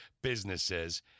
businesses